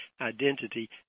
identity